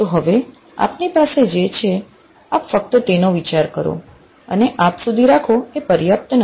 તો હવેઆપની પાસે જે છે આપ ફક્ત તેનો વિચાર કરો અને આપ સુધી રાખો એ પર્યાપ્ત નથી